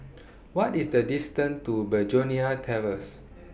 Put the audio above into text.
What IS The distance to Begonia Terrace